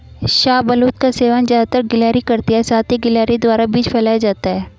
शाहबलूत का सेवन ज़्यादातर गिलहरी करती है साथ ही गिलहरी द्वारा बीज फैलाया जाता है